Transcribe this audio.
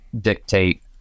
dictate